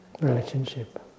relationship